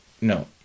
no